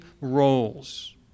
roles